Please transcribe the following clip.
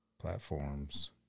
platforms